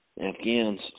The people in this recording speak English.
Afghans